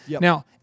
Now